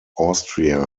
austria